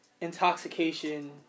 intoxication